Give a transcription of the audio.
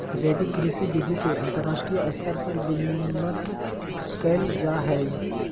जैविक कृषि विधि के अंतरराष्ट्रीय स्तर पर विनियमित कैल जा हइ